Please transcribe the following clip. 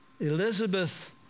Elizabeth